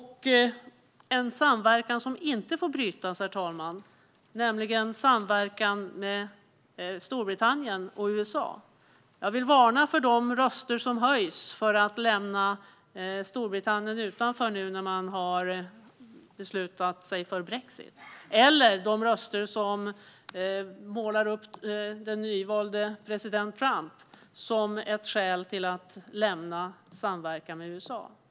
En samverkan som inte får brytas, herr talman, är samverkan med Storbritannien och USA. Jag vill varna för de röster som höjs för att lämna Storbritannien utanför nu när de har beslutat sig för brexit och för de röster som målar upp den nyvalde president Trump som ett skäl till att lämna samverkan med USA.